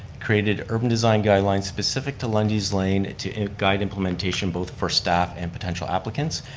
created urban design guidelines specific to lundy's lane to guide implementation both for staff and potential applicants,